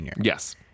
Yes